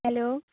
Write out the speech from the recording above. hello